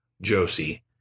Josie